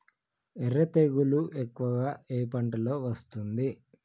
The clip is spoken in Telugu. ఎర్ర తెగులు ఎక్కువగా ఏ పంటలో వస్తుంది?